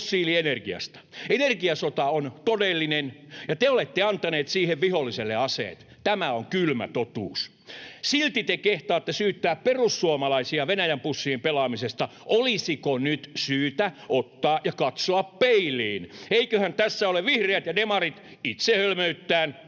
fossiilienergiasta. Energiasota on todellinen, ja te olette antaneet siihen viholliselle aseet. Tämä on kylmä totuus, silti te kehtaatte syyttää perussuomalaisia Venäjän pussiin pelaamisesta. Olisiko nyt syytä ottaa ja katsoa peiliin? Eivätköhän tässä ole vihreät ja demarit itse hölmöyttään